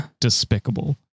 despicable